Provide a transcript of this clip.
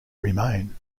remain